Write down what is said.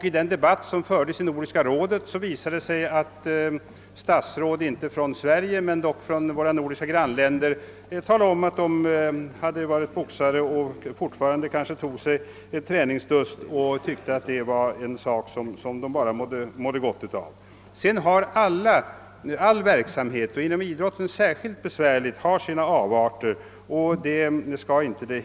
I den debatt som fördes i Nordiska rådet talade också statsråd från våra nordiska grannländer om att de varit boxare och att de fortfarande tog sig en träningsdust då och då och att de tyckte att de bara mådde gott av det. All verksamhet har sina avarter och inom idrotten är sådant särskilt besvärligt, men det hela skall inte dömas därefter.